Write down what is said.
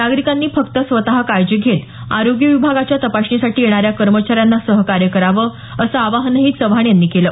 नागरिकांनी फक्त स्वत काळजी घेत आरोग्य विभागाच्या तपासणीसाठी येणाऱ्या कर्मचाऱ्यांना सहकार्य करावं असं आवाहनही चव्हाण यांनी यावेळी केलं